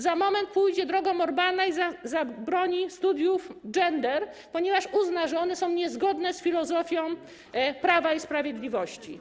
Za moment pójdzie drogą Orbana i zabroni studiów gender, ponieważ uzna, że one są niezgodne z filozofią Prawa i Sprawiedliwości.